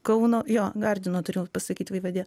kauno jo gardino turėjau pasakyt vaivadija